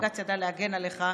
שבג"ץ ידע להגן עליך,